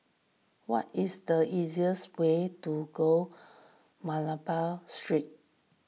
what is the easiest way to go Malabar Street